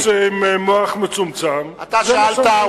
אורי, יש מוח מצומצם, זה מה שהבנתי.